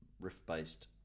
riff-based